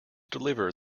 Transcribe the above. deliver